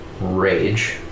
rage